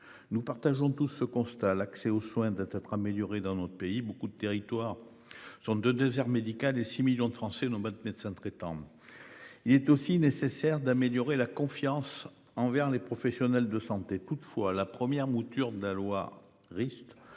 Nous partageons tous ce constat l'accès aux soins doit être améliorée dans notre pays beaucoup de territoires sont de désert médical et 6 millions de Français n'ont pas de médecin traitant. Il est aussi nécessaire d'améliorer la confiance envers les professionnels de santé. Toutefois la première mouture de la loi Rist